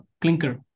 clinker